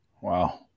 Wow